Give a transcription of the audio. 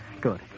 Good